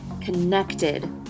connected